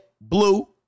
blue